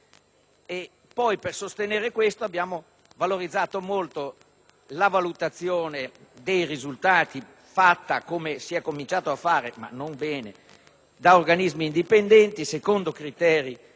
Per sostenere questo abbiamo valorizzato molto la valutazione dei risultati, fatta come si è cominciato a fare - non bene - da organismi indipendenti, secondo criteri